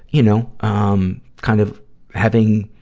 you know, um, kind of having,